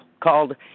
called